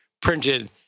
printed